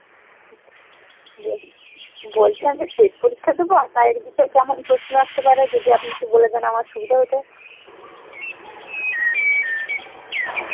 বলছি বলছিলাম যে টেস্ট পরীক্ষা দেবো তাই জিকের কেমন প্রশ্ন আসতে পারে যদি আপনি একটু বলে দেন আমার সুবিধা হতো